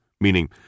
meaning